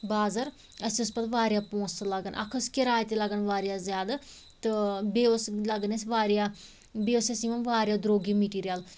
بازر اَسہِ ٲسۍ پتہٕ وارِیاہ پونٛسہِ لَگان اکھ ٲس کِراے تہِ لگان وارِیاہ زیادٕ تہٕ بیٚیہِ اوس لگان اَسہِ وارِیاہ بیٚیہِ اوس اَسہِ یِوان وارِیاہ درٛوٚگ یہِ مِٹیٖریَل